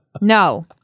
No